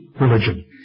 religion